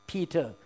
Peter